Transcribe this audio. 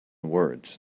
words